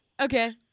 Okay